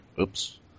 Oops